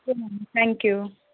ਠੀਕ ਹੈ ma'am thank you